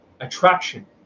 attraction